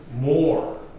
more